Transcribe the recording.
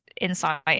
insight